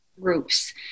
groups